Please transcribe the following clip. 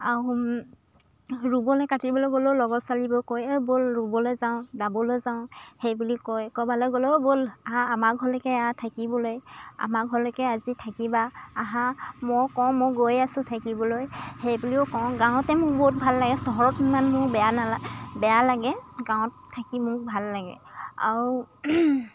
আৰু ৰুবলৈ কাটিবলৈ গ'লেও লগৰ ছোৱালীবোৰক কয় এই ব'ল ৰুবলৈ যাওঁ দাবলৈ যাওঁ সেই বুলি কয় ক'ৰবালৈ গ'লেও ব'ল আহ আমাৰ ঘৰলৈকে আহ থাকিবলৈ আমাৰ ঘৰলৈকে আজি থাকিবা আহা মই কওঁ মই গৈ আছোঁ থাকিবলৈ সেই বুলিও কওঁ গাঁৱতে মোক বহুত ভাল লাগে চহৰত ইমান মোৰ বেয়া নালা বেয়া লাগে গাঁৱত থাকি মোক ভাল লাগে আৰু